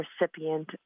recipient